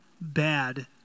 bad